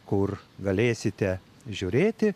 kur galėsite žiūrėti